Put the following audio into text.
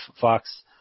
Fox